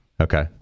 Okay